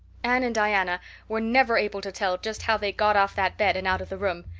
anne and diana were never able to tell just how they got off that bed and out of the room.